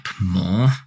more